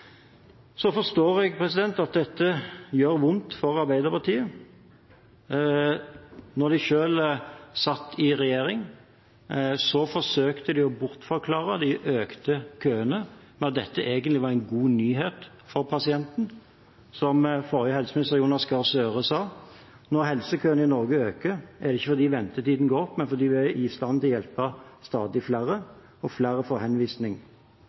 Så forstår jeg at dette gjør vondt for Arbeiderpartiet. Da de selv satt i regjering, forsøkte de å bortforklare de økte køene med at dette egentlig var en god nyhet for pasienten. Som forrige helseminister, Jonas Gahr Støre, sa: «Når helsekøene i Norge øker, er det ikke fordi ventetidene går opp, men fordi vi er i stand til å hjelpe stadig flere, og flere får henvisning.